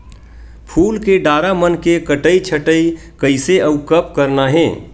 फूल के डारा मन के कटई छटई कइसे अउ कब करना हे?